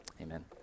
Amen